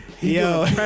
Yo